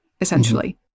Essentially